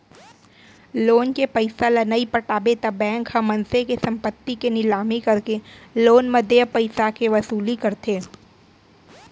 loan के पइसा ल नइ पटाबे त बेंक ह मनसे के संपत्ति के निलामी करके लोन म देय पइसाके वसूली करथे